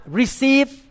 receive